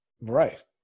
Right